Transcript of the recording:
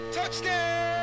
Touchdown